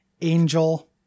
Angel